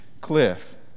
cliff